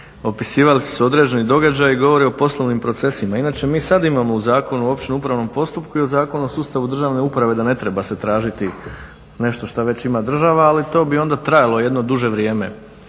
opisivali su se određeni događaji govori o poslovnim procesima. Inače, mi sad imamo u Zakonu o općem upravnom postupku i u Zakonu o sustavu državne uprave da ne treba se tražiti nešto što već ima država, ali to bi onda trajalo jedno duže vrijeme.